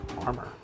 armor